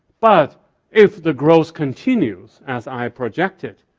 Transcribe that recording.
but if the growth continues as i project it,